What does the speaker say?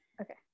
Okay